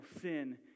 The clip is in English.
sin